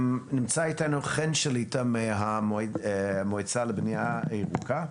נמצא איתנו חן שליטא מהמועצה לבנייה ירוקה.